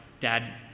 dad